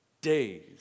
days